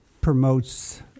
promotes